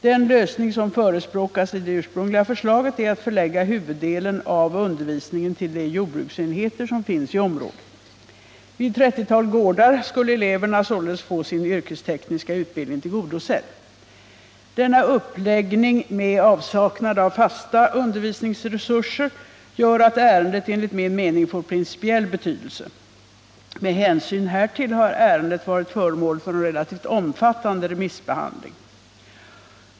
Den lösning som förespråkas i det ursprungliga förslaget är att förlägga huvuddelen av undervisningen till de jordbruksenheter som finns inom området. Vid ett 30-tal gårdar skulle eleverna således få sin yrkestekniska utbildning tillgodosedd. Denna uppläggning, med avsaknad av fasta undervisningsresurser, gör att ärendet enligt min mening får principiell betydelse. Med hänsyn härtill har ärendet varit föremål för en relativt omfattande remissbehandling.